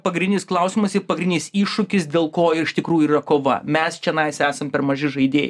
pagrindinis klausimas pagrindinis iššūkis dėl ko ir iš tikrųjų yra kova mes čionais esam per maži žaidėjai